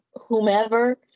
whomever